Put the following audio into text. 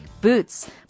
Boots